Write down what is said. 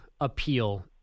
appeal